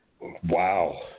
Wow